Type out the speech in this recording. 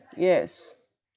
yes